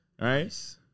right